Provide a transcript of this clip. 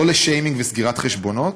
לא לשיימינג וסגירת חשבונות,